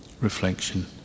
reflection